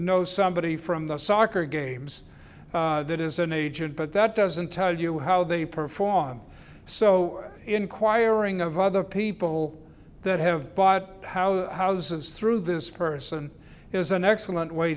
know somebody from the soccer games that is an agent but that doesn't tell you how they perform so inquiring of other people that have bought how houses through this person is an